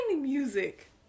music